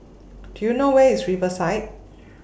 Do YOU know Where IS Riverside